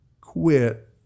quit